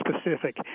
specific